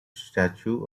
statue